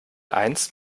eins